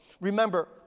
Remember